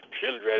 children